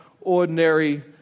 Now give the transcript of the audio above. ordinary